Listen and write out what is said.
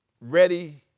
ready